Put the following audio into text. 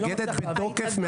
מתנגדת בתוקף,